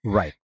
right